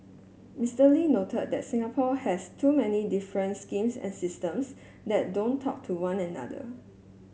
Mister Lee noted that Singapore has too many different schemes and systems that don't talk to one another